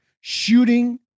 shooting